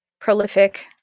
prolific